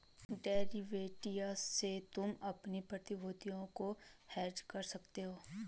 derivative से तुम अपनी प्रतिभूतियों को हेज कर सकते हो